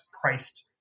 priced